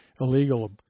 illegal